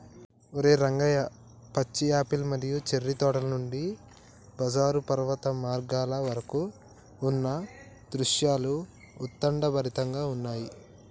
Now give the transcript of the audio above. ఓరై రంగయ్య పచ్చి యాపిల్ మరియు చేర్రి తోటల నుండి బంజరు పర్వత మార్గాల వరకు ఉన్న దృశ్యాలు ఉత్కంఠభరితంగా ఉన్నయి